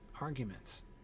arguments